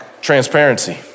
Transparency